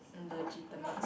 legitimate